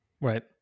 Right